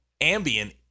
Ambien